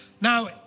Now